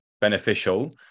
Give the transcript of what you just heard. beneficial